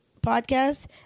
podcast